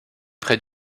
près